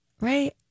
right